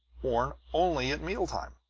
worn only at meal time.